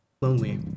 lonely